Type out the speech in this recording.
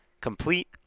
Complete